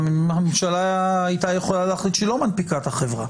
הממשלה הייתה יכולה להחליט שהיא לא מנפיקה את החברה.